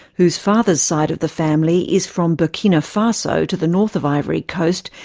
whose father's side of the family is from burkina faso, to the north of ivory coast,